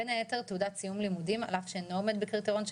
בין היתר תעודת סיום לימודים על אף שאינו עומד בקריטריון של